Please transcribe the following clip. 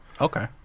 Okay